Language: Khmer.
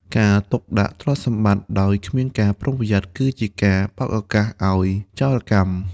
ការទុកដាក់ទ្រព្យសម្បត្តិដោយគ្មានការប្រុងប្រយ័ត្ន គឺជាការបើកឱកាសឱ្យចោរកម្ម។